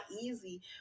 easy